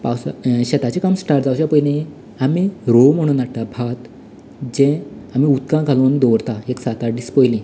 पावसांत शेताचें काम स्टार्ट जावचे पयलीं आमी रोंव म्हणून हाडटात भात जें उदकांत घालून दवरता एक सात आठ दीस पयलीं